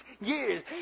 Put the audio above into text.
years